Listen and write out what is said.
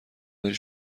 داری